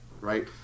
right